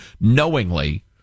knowingly